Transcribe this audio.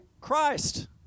Christ